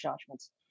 judgments